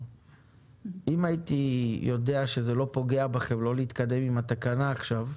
אם הייתי יודע שזה לא פוגע בכם לא להתקדם עם התקנה עכשיו,